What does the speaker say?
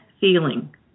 feeling